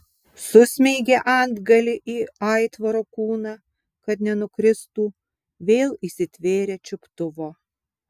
susmeigė antgalį į aitvaro kūną kad nenukristų vėl įsitvėrė čiuptuvo